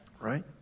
right